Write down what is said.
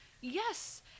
yes